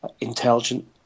intelligent